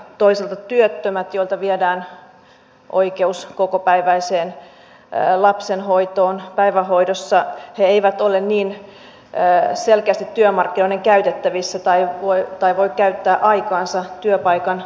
toisaalta työttömät joilta viedään oikeus lapsen kokopäiväiseen hoitoon päivähoidossa eivät ole niin selkeästi työmarkkinoiden käytettävissä tai voi käyttää aikaansa työpaikan etsimiseen